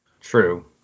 True